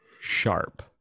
sharp